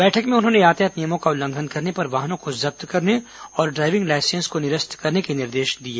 बैठक में उन्होंने यातायात नियमों का उल्लंघन करने पर वाहनों को जब्त करने और ड्राइविंग लायसेन्स को निरस्त करने के निर्देश दिए